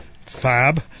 Fab